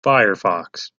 firefox